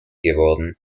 geworden